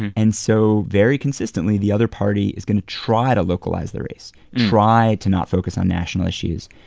and so, very consistently, the other party is going to try to localize the race, try to not focus on national issues.